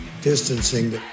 distancing